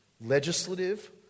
legislative